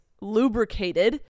lubricated